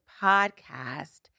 podcast